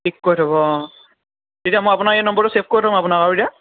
ঠিক কৰি থ'ব অঁ তেতিয়া মই আপোনাৰ এই নম্বৰটো ছেভ কৰি থওঁ আপোনাক আৰু এতিয়া